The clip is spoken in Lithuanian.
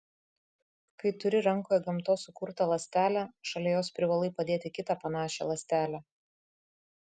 kai turi rankoje gamtos sukurtą ląstelę šalia jos privalai padėti kitą panašią ląstelę